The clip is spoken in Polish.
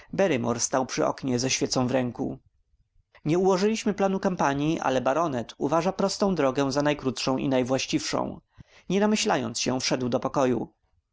stał przy oknie ze świecą w ręku nie ułożyliśmy planu kampanii ale baronet uważa prostą drogę za najkrótszą i najwłaściwszą nie namyślając się wszedł do pokoju